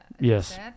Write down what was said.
Yes